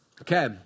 Okay